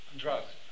drugs